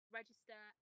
register